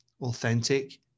authentic